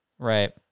Right